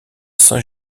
saint